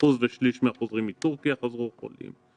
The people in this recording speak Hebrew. מהחוזרים מטורקיה חזרו חולים,